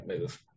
move